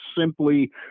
simply